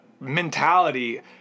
mentality